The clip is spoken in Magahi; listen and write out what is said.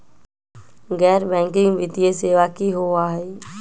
गैर बैकिंग वित्तीय सेवा की होअ हई?